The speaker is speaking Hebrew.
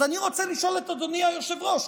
אז אני רוצה לשאול את אדוני היושב-ראש,